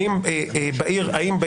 האם אתה